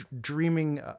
dreaming